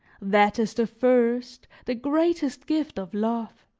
that is the first, the greatest gift of love.